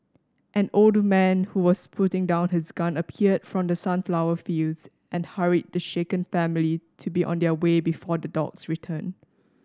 an old man who was putting down his gun appeared from the sunflower fields and hurried the shaken family to be on their way before the dogs return